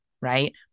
right